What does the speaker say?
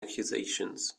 accusations